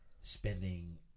spending